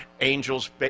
angels